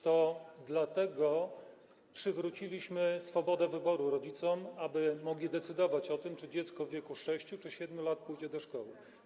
To dlatego przywróciliśmy swobodę wyboru rodzicom, aby mogli decydować o tym, czy dziecko w wieku 6 czy 7 lat pójdzie do szkoły.